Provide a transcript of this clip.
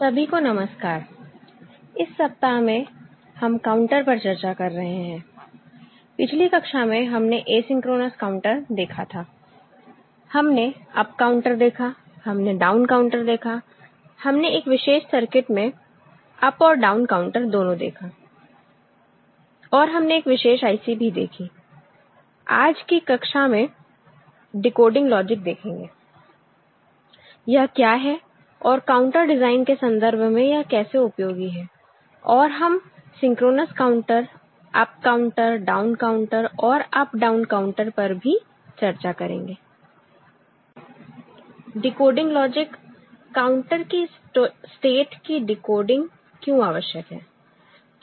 सभी को नमस्कार इस सप्ताह में हम काउंटर पर चर्चा कर रहे हैं पिछली कक्षा में हमने एसिंक्रोनस काउंटर देखा था हमने अप काउंटर देखा हमने डाउन काउंटर देखा हमने एक विशेष सर्किट में अप और डाउन काउंटर दोनों देखा और हमने एक विशेष IC भी देखी आज की कक्षा में डिकोडिंग लॉजिक देखेंगे यह क्या है और काउंटर डिजाइन के संदर्भ में यह कैसे उपयोगी है और हम synchronous counter up counter down counter और आप डाउन काउंटर पर भी चर्चा करेंगे डिकोडिंग लॉजिक काउंटर की स्टेट की डिकोडिंग क्यों आवश्यक है